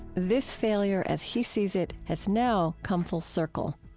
this failure, as he sees it, has now come full circle